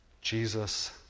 Jesus